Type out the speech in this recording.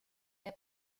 der